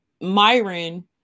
Myron